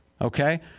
Okay